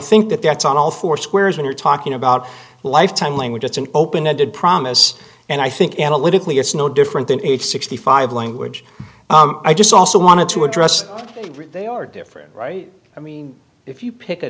think that that's on all four squares when you're talking about lifetime language it's an open ended promise and i think analytically it's no different than a sixty five language i just also wanted to address they are different right i mean if you pick